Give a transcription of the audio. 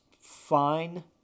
fine